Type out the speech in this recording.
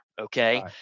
okay